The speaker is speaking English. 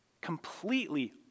completely